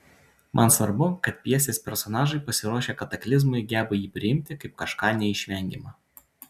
man svarbu kad pjesės personažai pasiruošę kataklizmui geba priimti jį kaip kažką neišvengiama